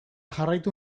jarraitu